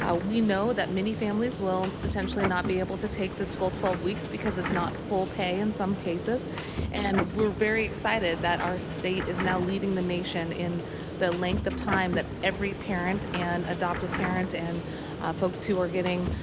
ah we know that many families will potentially not be able to take this full twelve weeks because it is not full pay in some cases and we are very excited that our state is now leading the nation and the length of time that every parent and adoptive parent and folks who are getting